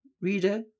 Reader